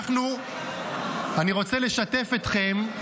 אני רוצה לשתף אתכם.